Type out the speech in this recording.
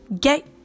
get